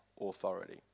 authority